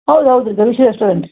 ಹೌದು ಹೌದು ರೀ ಧನುಶ್ರೀ ರೆಸ್ಟೋರೆಂಟ್